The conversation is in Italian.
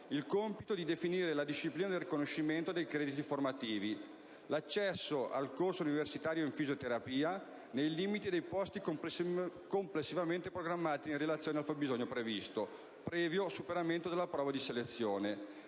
il compito di definire la disciplina del riconoscimento dei crediti formativi; l'accesso al corso universitario in fisioterapia, nei limiti dei posti complessivamente programmati in relazione al fabbisogno previsto, previo superamento della prova di selezione;